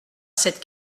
cette